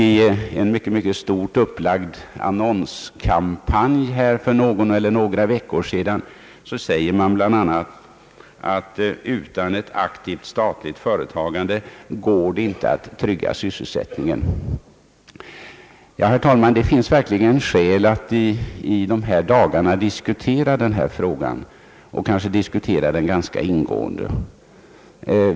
I en mycket stort upplagd annonskampanj för någon eller några veckor sedan framhålls bl.a., att utan ett aktivt statligt företagande går det inte att trygga sysselsättningen». Ja, herr talman, det finns verkligen skäl att i dessa dagar diskutera denna fråga, kanske ganska ingående.